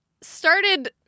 started